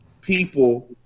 people